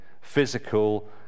physical